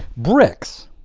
bricks